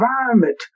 environment